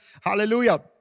Hallelujah